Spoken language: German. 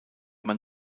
man